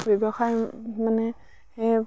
ব্যৱসায় মানে সেই